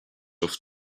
off